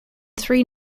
three